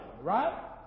right